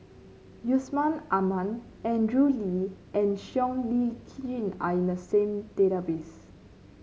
Yusman Aman Andrew Lee and Siow Lee Chin are in the same database